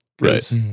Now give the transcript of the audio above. Right